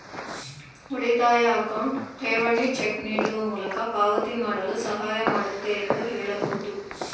ಉಳಿತಾಯ ಅಕೌಂಟ್ ಠೇವಣಿ ಚೆಕ್ ನೀಡುವ ಮೂಲಕ ಪಾವತಿ ಮಾಡಲು ಸಹಾಯ ಮಾಡುತ್ತೆ ಎಂದು ಹೇಳಬಹುದು